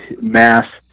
mass